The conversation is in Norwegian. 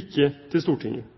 ikke til Stortinget.